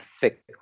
thick